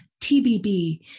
TBB